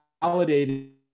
validated